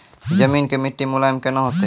जमीन के मिट्टी मुलायम केना होतै?